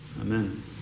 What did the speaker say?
Amen